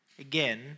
again